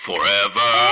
Forever